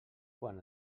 quan